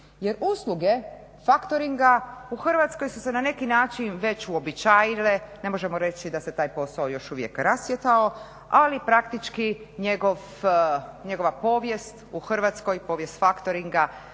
jer usluge factoringa u Hrvatskoj su se na neki način već uobičajile. Ne možemo reći da se taj posao još uvijek rascvjetao, ali praktički njegova povijest u Hrvatskoj, povijest factoringa